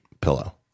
pillow